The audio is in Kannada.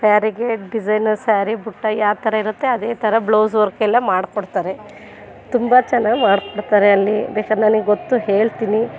ಸ್ಯಾರಿಗೆ ಡಿಸೈನರ್ ಸ್ಯಾರಿ ಬಿಟ್ಟು ಯಾವ ಥರ ಇರುತ್ತೆ ಅದೇ ಥರ ಬ್ಲೌಸ್ ವರ್ಕೆಲ್ಲ ಮಾಡ್ಕೊಡ್ತಾರೆ ತುಂಬ ಚೆನ್ನಾಗಿ ಮಾಡ್ಕೊಡ್ತಾರೆ ಅಲ್ಲಿ ಬೇಕಾದ್ರೆ ನನಗೆ ಗೊತ್ತು ಹೇಳ್ತೀನಿ